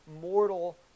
mortal